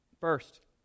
First